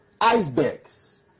icebergs